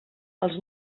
els